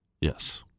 Yes